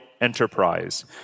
enterprise